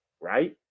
right